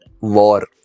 war